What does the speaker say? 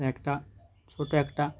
একটা ছোটো একটা